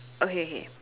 okay okay